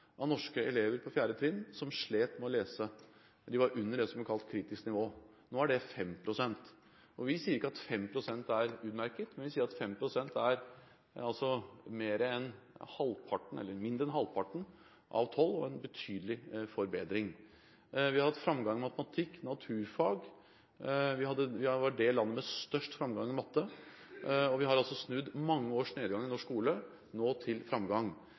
som er kalt kritisk nivå. Nå er det 5 pst. Vi sier ikke at 5 pst. er utmerket, men vi sier at 5 pst. er mindre enn halvparten av 12, og en betydelig forbedring. Vi har hatt framgang i matematikk og naturfag. Vi har vært det landet med størst framgang i matte, og vi har altså snudd mange års nedgang i norsk skole til framgang.